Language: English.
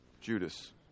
Judas